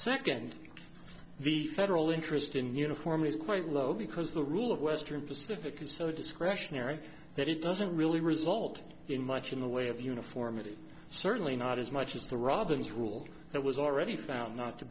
second the federal interest in uniform is quite low because the rule of western pacific is so discretionary that it doesn't really result in much in the way of uniformity certainly not as much as the robins rule that was already found not to